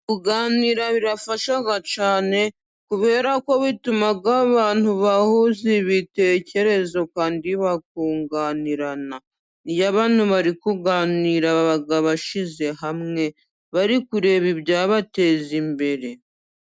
Kuganira birafasha cyane, kubera ko bituma abantu bahuzi ibitekerezo, kandi bakunganirana bari kuganira bashyize hamwe bari kureba ibyabateza imbere.